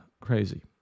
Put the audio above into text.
crazy